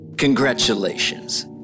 Congratulations